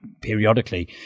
periodically